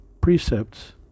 precepts